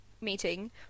meeting